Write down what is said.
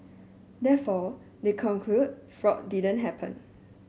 therefore they conclude fraud didn't happen